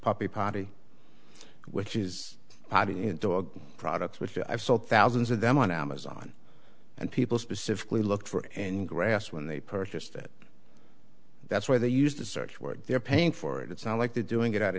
poppy potty which is dog products which i've sold thousands of them on amazon and people specifically look for it and grass when they purchased it that's where they used to search where they're paying for it it's not like they're doing it